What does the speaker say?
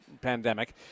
pandemic